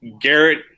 Garrett